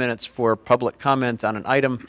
minutes for public comment on an item